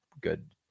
good